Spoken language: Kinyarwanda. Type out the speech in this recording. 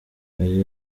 hari